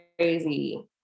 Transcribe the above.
crazy